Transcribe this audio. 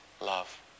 love